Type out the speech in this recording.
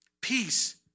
Peace